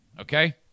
okay